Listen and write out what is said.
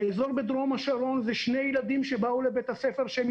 בדרום השרון אלו שני ילדים של רופא